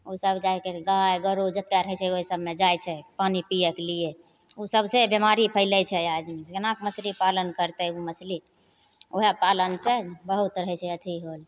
ओसब जा करि गाइ गोरू जतेक रहै छै ओहि सबमे जाइ छै पानी पिएके लिए ओहि सबसे बेमारी फैलै छै आदमी कोनाके मछली पालन करतै ओ मछली वएह पालनसे बहुत होइ छै अथी